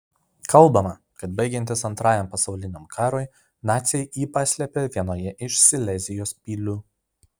kalbama kad baigiantis antrajam pasauliniam karui naciai jį paslėpė vienoje iš silezijos pilių